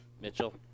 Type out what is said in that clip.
Mitchell